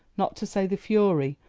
not to say the fury,